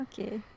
Okay